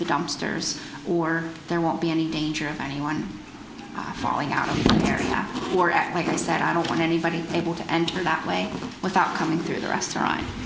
the dumpsters or there won't be any danger of anyone falling out of the area or act like i said i don't want anybody able to enter that way without coming through the restaurant